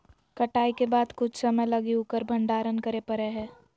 कटाई के बाद कुछ समय लगी उकर भंडारण करे परैय हइ